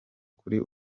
kuri